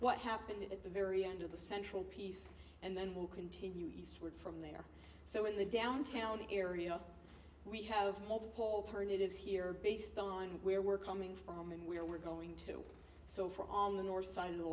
what happened at the very end of the central piece and then we'll continue eastward so in the downtown area we have multiple alternatives here based on where we're coming from and where we're going to so for on the north side of the